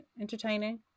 entertaining